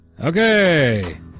Okay